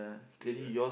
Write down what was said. ya